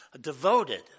devoted